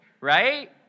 Right